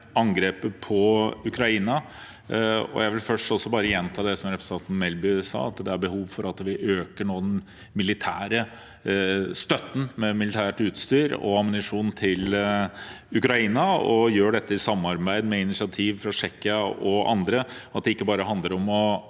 angrepet på Ukraina. Jeg vil først bare gjenta det representanten Melby sa, at det er behov for at vi nå øker den militære støtten, med militært utstyr og ammunisjon til Ukraina, og gjør dette i samarbeid med og etter initiativ fra Tsjekkia og andre. Det handler ikke bare om å